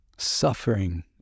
suffering